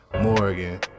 Morgan